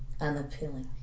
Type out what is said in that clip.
unappealing